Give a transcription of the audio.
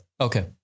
Okay